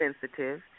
sensitive